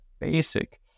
basic